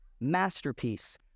masterpiece